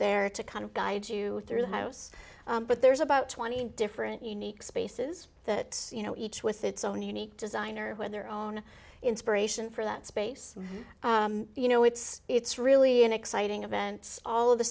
there to kind of guide you through the house but there's about twenty different unique spaces that you know each with its own unique design or where their own inspiration for that space you know it's it's really an exciting events all of the